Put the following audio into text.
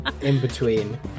in-between